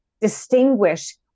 distinguish